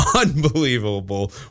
unbelievable